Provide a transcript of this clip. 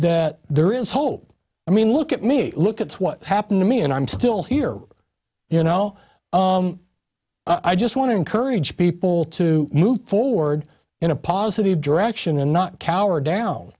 that there is hope i mean look at me look at what happened to me and i'm still here you know i just want to encourage people to move forward in a positive direction and not cower down